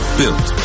built